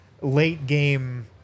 late-game